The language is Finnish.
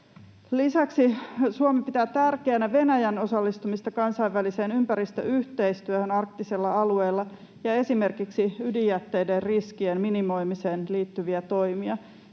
Lisäksi Suomi pitää tärkeänä Venäjän osallistumista kansainväliseen ympäristöyhteistyöhön arktisella alueella ja esimerkiksi ydinjätteiden riskien minimoimiseen liittyviä toimia.